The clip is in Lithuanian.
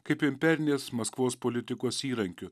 kaip imperinės maskvos politikos įrankiu